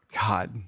God